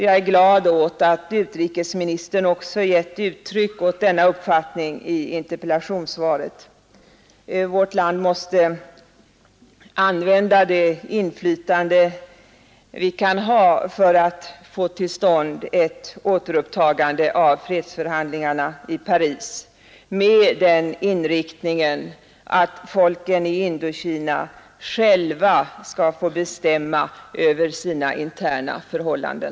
Jag är glad över att utrikesministern också givit uttryck åt denna uppfattning i interpellationssvaret. Vårt land måste använda det inflytande det kan ha för att få till stånd ett återupptagande av fredsförhandlingarna i Paris med den inriktningen att folken i Indokina själva skall få bestämma över sina interna förhållanden.